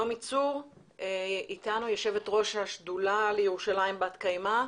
נעמי צור, יושבת ראש השדולה לירושלים בת קיימא.